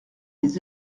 les